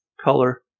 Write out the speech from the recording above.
color